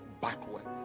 backwards